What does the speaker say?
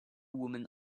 women